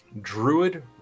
druid